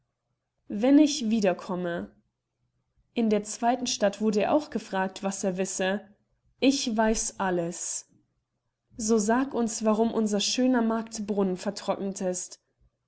wenn ich wieder komme in der zweiten stadt wurde er auch gefragt was er wisse ich weiß alles so sag uns warum unser schöner marktbrunnen vetrocknet ist